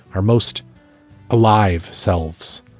are most alive selves.